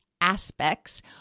aspects